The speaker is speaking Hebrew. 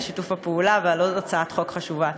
על שיתוף הפעולה ועל עוד הצעת חוק חשובה.